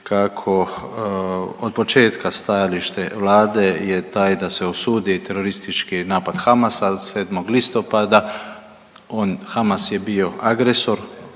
kako od početka stajalište Vlade je taj da se osudi teroristički napad Hamasa 7. listopada, Hamas je bio agresor,